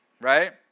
right